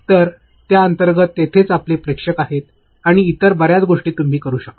तर त्या अंतर्गत तेथेच आपले प्रेक्षक आहेत आणि इतर बऱ्याच गोष्टी तुम्ही करु शकता